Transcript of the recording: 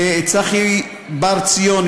לצחי בר ציון,